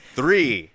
Three